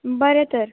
बरें तर